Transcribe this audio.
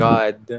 God